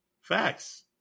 Facts